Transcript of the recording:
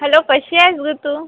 hello कशीयेस गं तू